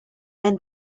and